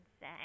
say